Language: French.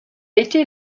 été